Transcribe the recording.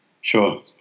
Sure